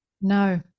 No